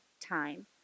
time